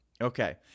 Okay